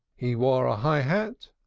he wore a high hat,